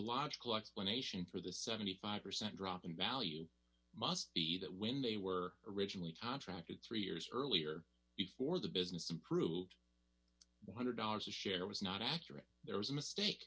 logical explanation for the seventy five percent drop in value must be that when they were originally contracted three years earlier before the business improved one hundred dollars a share was not accurate there was a mistake